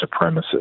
supremacist